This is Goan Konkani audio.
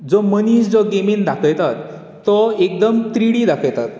जो मनीस जो गॅमीन दाखयतात तो एकदम थ्री डी दाखयतात